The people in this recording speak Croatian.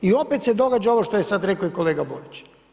I opet se događa ovo što je sad rekao i kolega Borić.